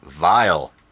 vile